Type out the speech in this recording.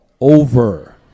over